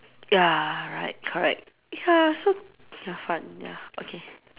ya right correct ya so have fun ya okay